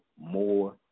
more